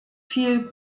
viel